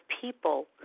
people